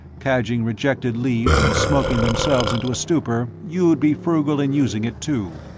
cadging rejected leaves and smoking themselves into a stupor, you'd be frugal in using it, too.